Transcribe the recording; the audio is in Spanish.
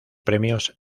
premios